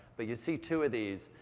but you see two of these,